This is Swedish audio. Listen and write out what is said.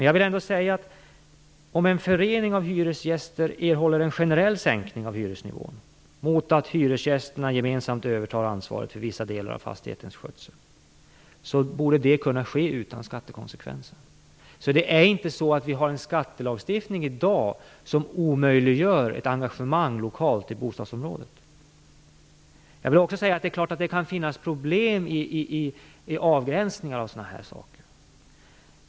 Jag vill ändå säga att om en förening av hyresgäster erhåller en generell sänkning av hyresnivån mot att hyresgästerna gemensamt övertar ansvaret för vissa delar av fastighetens skötsel borde det kunna ske utan skattekonsekvenser. Det är inte så att vi i dag har en skattelagstiftning som omöjliggör ett lokalt engagemang i bostadsområdet. Jag vill också säga att det är klart att det kan finnas problem när det gäller avgränsningar av sådana här saker.